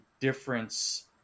difference